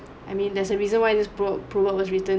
I mean there's a reason why this proverb proverb was written